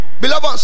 Beloved